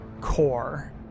core